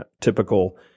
typical